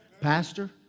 Pastor